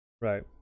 right